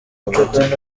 inshuti